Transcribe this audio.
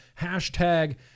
hashtag